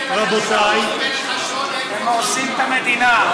החוק, רבותיי, שעון, אתם הורסים את המדינה.